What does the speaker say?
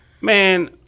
Man